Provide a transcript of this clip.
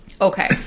okay